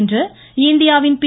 இன்று இந்தியாவின் பி